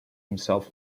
himself